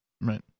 Right